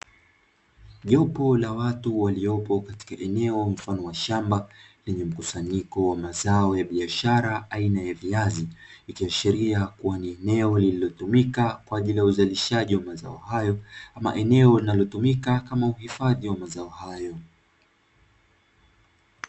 Jopo la watu waliopo katika eneo mfano wa shamba lenye mkusanyiko wa mazao ya biashara aina ya viazi ikiashiria kuwa ni eneo lililotumika kwajiliya uzalishaji wa mazao hayo ama eneo linalotumika kama uhifadhi wa mazao hayo.